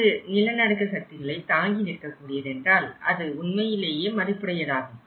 அது நிலநடுக்க சக்திகளை தாங்கி நிற்கக் கூடியது என்றால் அது உண்மையிலேயே மதிப்புடையதாகும்